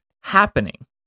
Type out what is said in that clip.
happening